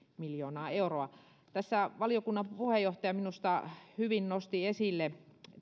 miljoonaa euroa tässä valiokunnan puheenjohtaja minusta hyvin nosti esille